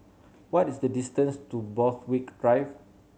what is the distance to Borthwick Drive